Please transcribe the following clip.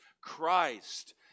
Christ